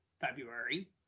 February